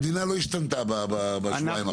המדינה לא השתנתה בשבועיים האחרונים.